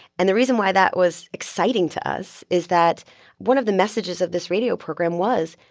and the reason why that was exciting to us is that one of the messages of this radio program was,